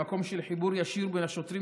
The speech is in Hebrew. למקום של חיבור ישיר בין השוטרים